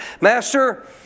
Master